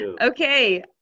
okay